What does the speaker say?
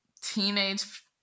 teenage